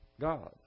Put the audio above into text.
God